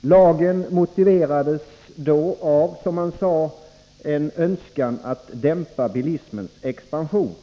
Lagen motiverades då av — som man sade — en önskan att dämpa bilismens expansion.